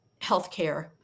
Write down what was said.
healthcare